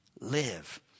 live